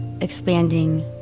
expanding